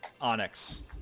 Onyx